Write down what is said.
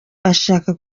ashaka